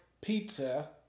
pizza